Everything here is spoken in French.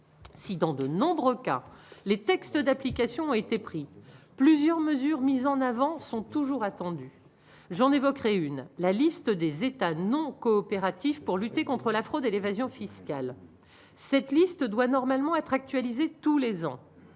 si dans de nombreux cas, les textes d'application ont été pris plusieurs mesures mises en avant sont toujours attendus, j'en évoquerais une, la liste des États non coopératifs pour lutter contre la fraude et l'évasion fiscale, cette liste doit normalement être actualisé tous les ans,